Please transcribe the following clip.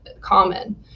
common